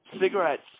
cigarettes